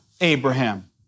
Abraham